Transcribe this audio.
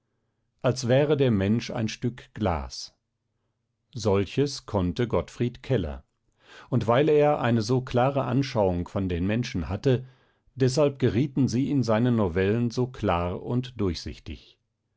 als wäre der mensch ein stück glas solches konnte gottfried keller und weil er eine so klare anschauung von den menschen hatte deshalb gerieten sie in seinen novellen so klar und durchsichtig